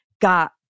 got